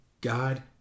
God